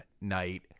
night